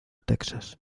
texas